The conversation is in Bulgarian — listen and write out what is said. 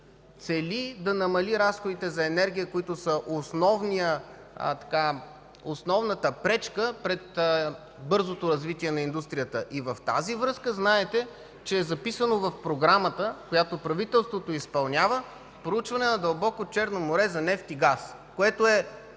цели да намали разходите за енергия, които са основната пречка пред бързото развитие на индустрията. И в тази връзка знаете, че е записано в програмата, която правителството изпълнява, проучване на дълбоко Черно море за нефт и газ, което е